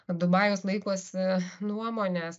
dubajus laikosi nuomonės